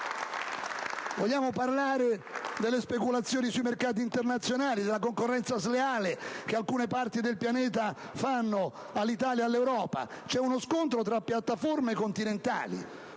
Vogliamo parlare delle speculazioni sui mercati internazionali e della concorrenza sleale che alcune parti del pianeta fanno all'Italia e all'Europa? C'è uno scontro tra piattaforme continentali.